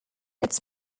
its